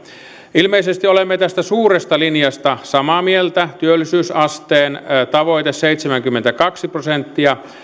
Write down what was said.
ilmeisesti olemme tästä suuresta linjasta samaa mieltä työllisyysasteen tavoite seitsemänkymmentäkaksi prosenttia